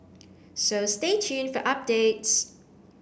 so stay tuned for updates